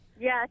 yes